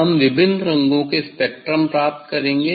हम विभिन्न रंगों के स्पेक्ट्रम प्राप्त करेंगे